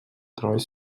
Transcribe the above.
treballs